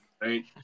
Right